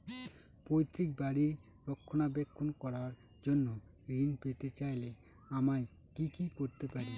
পৈত্রিক বাড়ির রক্ষণাবেক্ষণ করার জন্য ঋণ পেতে চাইলে আমায় কি কী করতে পারি?